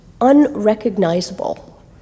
unrecognizable